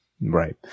Right